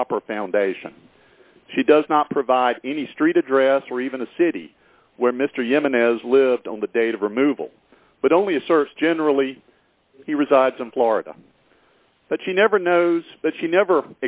proper foundation she does not provide any street address or even a city where mr yemen is lived on the date of removal but only a source generally he resides in florida that she never knows but she never